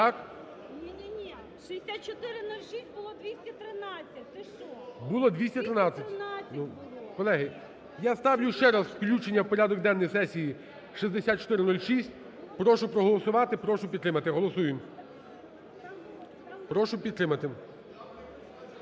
кілька голосів. (Шум у залі) Було 213. Колеги, я ставлю ще раз включення в порядок денний сесії 6406. Прошу проголосувати, прошу підтримати. Голосуємо. Прошу підтримати.